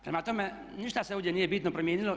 Prema tome, ništa se ovdje nije bitno promijenilo.